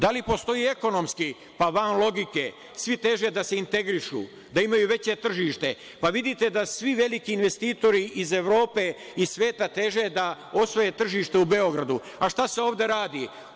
Da li postoji ekonomski, pa van logike, svi teže da se integrišu, da imaju veće tržište, pa vidite da svi veliki investitori iz Evrope i svega teže da osvoje tržište u Beogradu, a šta se ovde radi?